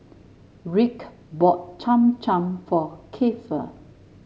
Rick bought Cham Cham for Keifer